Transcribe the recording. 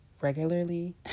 regularly